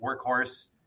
workhorse